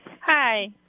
Hi